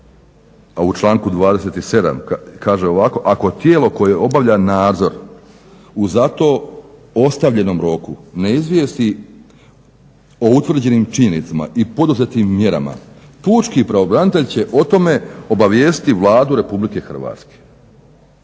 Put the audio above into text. a u članku 27. kaže ovako "ako tijelo koje obavlja nadzor u zato ostavljenom roku ne izvijesti o utvrđenim činjenicama i poduzetim mjerama pučki pravobranitelj će o tome obavijestiti Vladu RH".